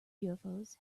ufos